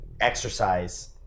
exercise